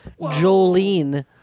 Jolene